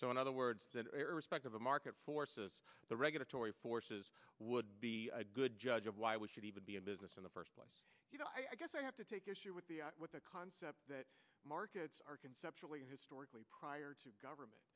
so in other words respect of the market forces the regulatory forces would be a good judge of why we should even be in business in the first place i guess i have to take issue with the with the concept that markets are conceptually historically prior to government